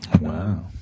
wow